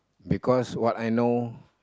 because what I know